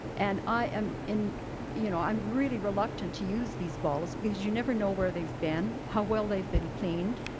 and i am and you know, i'm really reluctant to use these bottles because you never know where they've been. how well they've been cleaned.